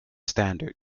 standard